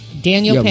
Daniel